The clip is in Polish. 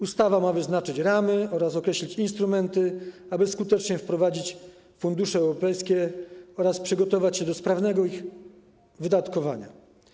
Ustawa ma wyznaczyć ramy oraz określić instrumenty, aby skutecznie wprowadzić fundusze europejskie oraz przygotować się do sprawnego ich wydatkowania.